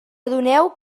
adoneu